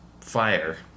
fire